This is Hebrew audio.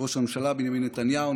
ראש הממשלה בנימין נתניהו,